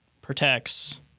protects